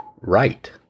right